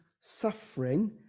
suffering